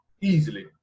easily